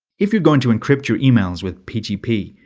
if you're going to encrypt your emails with pgp,